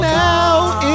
now